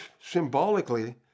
symbolically